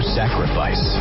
sacrifice